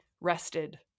rested